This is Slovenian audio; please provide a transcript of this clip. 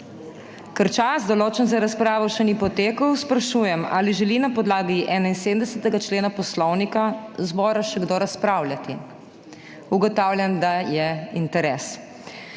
Ker čas določen za razpravo še ni potekel, sprašujem, ali želi na podlagi 71. člena Poslovnika zbora še kdo razpravljati? Ugotavljam, da je interes.